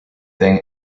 thing